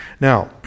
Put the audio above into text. Now